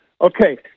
Okay